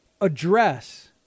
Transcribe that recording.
address